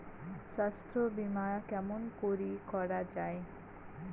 স্বাস্থ্য বিমা কেমন করি করা যাবে?